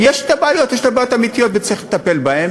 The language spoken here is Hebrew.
יש את הבעיות, הבעיות האמיתיות, וצריך לטפל בהן.